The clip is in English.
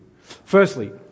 Firstly